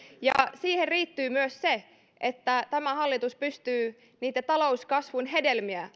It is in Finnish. ja siihen liittyy myös se että tämä hallitus pystyy laittamaan liikkeelle niitä talouskasvun hedelmiä